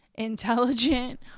intelligent